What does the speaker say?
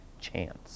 chance